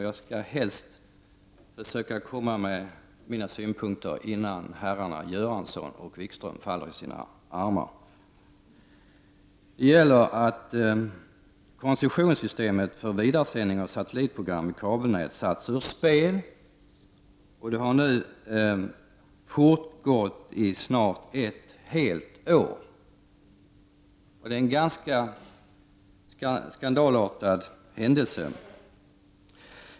Jag skall helst försöka komma med mina synpunkter innan herrarna Göransson och Wikström faller i varandras armar. Det gäller att koncessionssystemet för vidaresändning av satellitprogram i kabelnät satts ur spel. Det har nu fortgått i snart ett helt år, och det är en ganska skandalartad händelse.